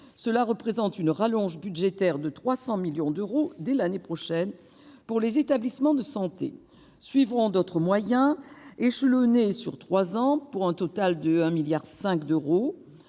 Cela représente une rallonge budgétaire de 300 millions d'euros dès l'année prochaine pour les établissements de santé. Suivront d'autres moyens, échelonnés sur trois ans, pour un total de 1,5 milliard d'euros.